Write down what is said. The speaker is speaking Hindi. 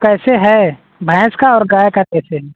कैसे है भैंस का और गाय का कैसे है